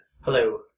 Hello